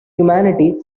humanity